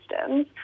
systems